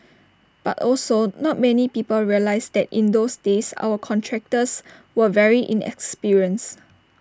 but also not many people realise that in those days our contractors were very inexperienced